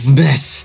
mess